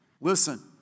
Listen